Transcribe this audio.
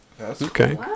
okay